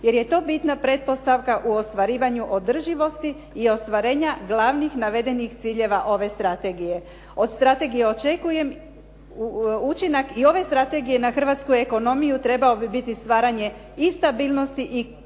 jer je to bitna pretpostavka u ostvarivanju održivosti i ostvarenja glavnih navedenih ciljeva ove strategije. Od strategije očekujem učinak i ove strategije na hrvatsku ekonomiju trebao bi biti stvaranje i stabilnosti i kvalitete